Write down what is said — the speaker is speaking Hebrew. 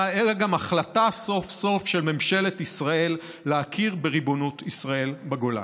אלא גם סוף-סוף החלטה של ממשלת ישראל להכיר בריבונות ישראל בגולן.